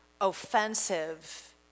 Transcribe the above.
offensive